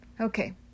Okay